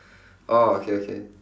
orh okay okay